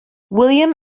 william